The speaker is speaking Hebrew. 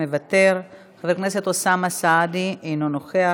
מוותר, חבר הכנסת אוסאמה סעדי, אינו נוכח,